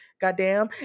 goddamn